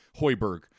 Hoiberg